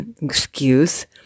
excuse